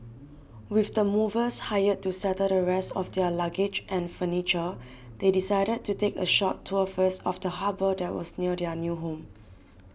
with the movers hired to settle the rest of their luggage and furniture they decided to take a short tour first of the harbour that was near their new home